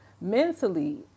mentally